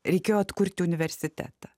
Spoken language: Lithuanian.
reikėjo atkurti universitetą